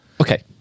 Okay